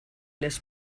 les